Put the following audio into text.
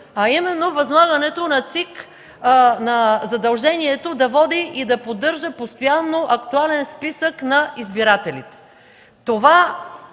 а именно възлагането на ЦИК задължението да води и да поддържа постоянно актуален списък на избирателите.